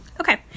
Okay